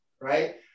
right